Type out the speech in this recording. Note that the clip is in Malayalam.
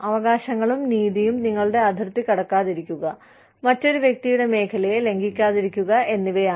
അവകാശങ്ങളും നീതിയും നിങ്ങളുടെ അതിർത്തി കടക്കാതിരിക്കുക മറ്റൊരു വ്യക്തിയുടെ മേഖലയെ ലംഘിക്കാതിരിക്കുക എന്നിവയാണ്